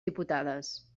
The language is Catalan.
diputades